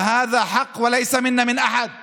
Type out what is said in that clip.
וזו זכות ולא חסד מאף אחד.